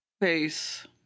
Face